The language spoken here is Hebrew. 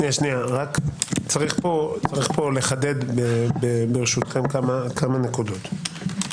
יש לחדד כמה נקודות.